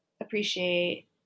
appreciate